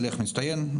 שליח מצטיין,